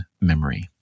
memory